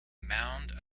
mound